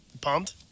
pumped